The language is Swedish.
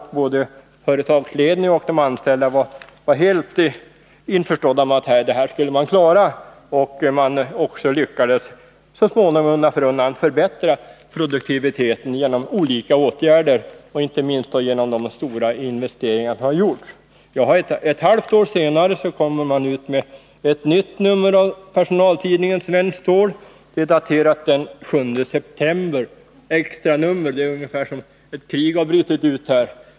Både företagsledningen och de anställda var helt införstådda med att försöka klara verksamheten. Man lyckades också genom olika åtgärder att undan för undan förbättra produktiviteten, inte minst genom de stora investeringar som har gjorts. Ett halvt år senare utkom ett nytt nummer av personaltidningen Svenskt Stål, daterat den 7 september. Det var ett extranummer — ungefär som om ett krig hade brutit ut.